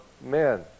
men